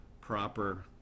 proper